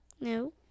No